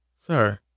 Sir